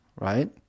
right